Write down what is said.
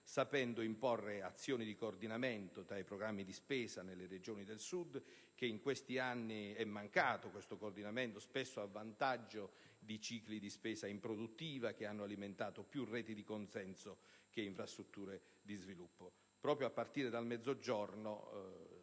sapendo imporre anche un'azione di coordinamento tra i programmi di spesa nelle Regioni del Sud che in questi anni è mancata, a vantaggio spesso di cicli di spesa improduttivi che hanno alimentato più reti di consenso che infrastrutture di sviluppo. Proprio a partire dal Mezzogiorno,